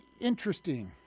interesting